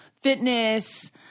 fitness